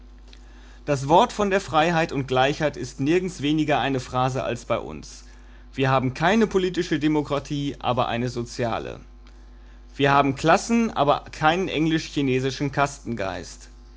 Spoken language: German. das wort von der freiheit und gleichheit ist nirgends weniger eine phrase als bei uns wir haben keine politische demokratie aber eine soziale wir haben klassen aber keinen